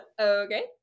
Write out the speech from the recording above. Okay